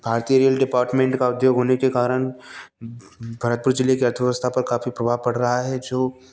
भारतीय rail department का उद्योग होने के कारण भरतपुर ज़िले की अर्थव्यवस्था पर काफ़ी प्रभाव पड़ रहा है जो